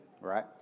right